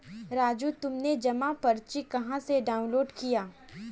राजू तुमने जमा पर्ची कहां से डाउनलोड किया?